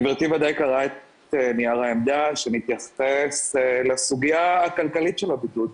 גבירתי ודאי קראה את נייר העמדה שמתייחס לסוגיה הכלכלית של הבידוד,